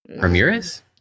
ramirez